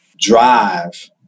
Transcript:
drive